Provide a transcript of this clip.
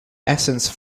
essence